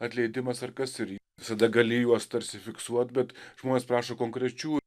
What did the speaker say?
atleidimas ar kas ir visada gali juos tarsi fiksuot bet žmonės prašo konkrečių